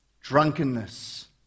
drunkenness